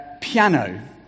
Piano